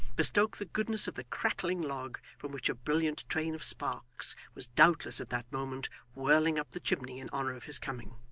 bespoke the goodness of the crackling log from which a brilliant train of sparks was doubtless at that moment whirling up the chimney in honour of his coming